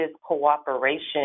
cooperation